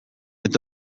eta